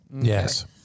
Yes